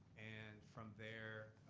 and from there,